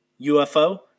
UFO